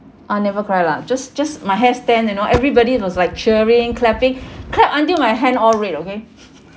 ah never cry lah just just my hair stand you know everybody was like cheering clapping clapped until my hand all red okay